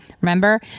Remember